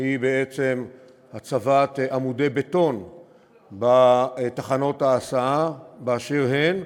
היא הצבת עמודי בטון בתחנות ההסעה באשר הן,